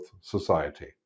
society